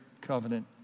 covenant